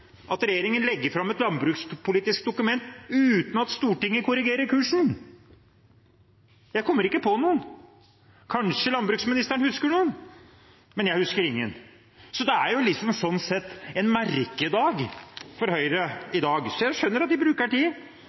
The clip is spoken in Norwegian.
at regjeringen legger fram et landbrukspolitisk dokument uten at Stortinget korrigerer kursen. Jeg kommer ikke på noen. Kanskje landbruksministeren husker noen, men jeg husker ingen. Det er sånn sett en merkedag for Høyre i dag. Jeg skjønner at de bruker tid,